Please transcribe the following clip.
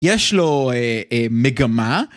יש לו מגמה